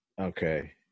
Okay